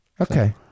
okay